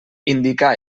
indicar